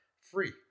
free